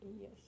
Yes